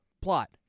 plot